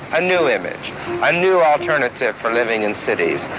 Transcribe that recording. a new image. a new alternative for living in cities.